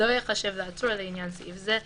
לא ייחשב לעצור לעניין סעיף זה".